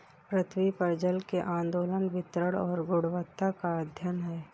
पृथ्वी पर जल के आंदोलन वितरण और गुणवत्ता का अध्ययन है